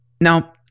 Now